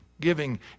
giving